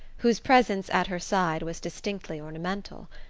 whose presence at her side was distinctly ornamental.